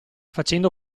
facendo